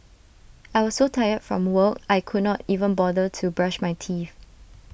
I was so tired from work I could not even bother to brush my teeth